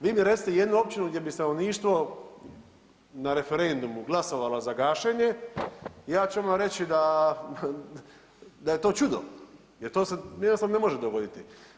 Vi mi recite jednu općinu gdje bi stanovništvo na referendumu glasovalo za gašenje i ja ću odmah reći da je to čudo jer to se jednostavno ne može dogoditi.